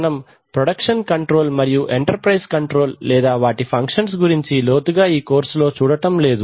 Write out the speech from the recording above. మనం production control మరియు enterprises control లేదా వాటి ఫంక్షన్స్ గురించి చాలా లోతుగా ఈ కోర్సులో చూడటం లేదు